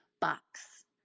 box